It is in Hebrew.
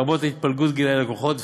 לרבות התפלגות גילאי הלקוחות,